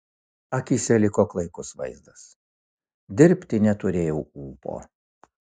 akyse liko klaikus vaizdas dirbti neturėjau ūpo